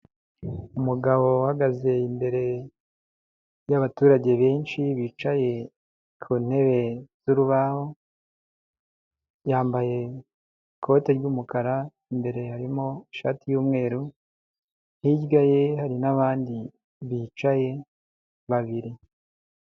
Umugabo uhagaze imbere y'abaturage benshi bicaye ku ntebe z'urubaho, yambaye ikote ry'umukara, imbere harimo ishati y'umweru, hirya ye hari n'abandi bicaye babiri.